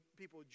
people